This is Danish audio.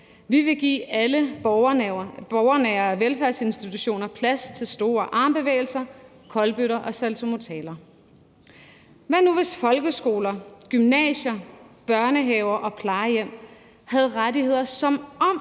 Vi vil give alle borgernære velfærdsinstitutioner plads til store armbevægelser, kolbøtter og saltomortaler. Hvad nu, hvis folkeskoler, gymnasier, børnehaver og plejehjem havde rettigheder, som om